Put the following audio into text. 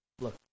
Look